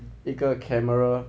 一个 camera